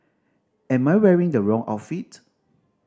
am I wearing the wrong outfit